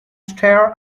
stare